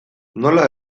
nola